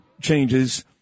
changes